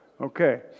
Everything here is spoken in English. Okay